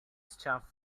stuff